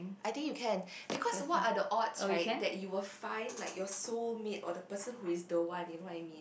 I think you can because what are the odds right you will find like your soulmate or the person who is the one you know what I mean